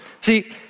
See